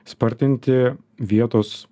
spartinti vietos